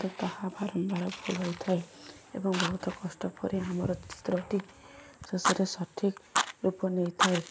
ତାହା ବାରମ୍ବାର ଭୁଲ୍ ହୋଇଥାଏ ଏବଂ ବହୁତ କଷ୍ଟ ପରେ ଆମର ଚିତ୍ରଟି ଶେଷରେ ସଠିକ୍ ରୂପ ନେଇଥାଏ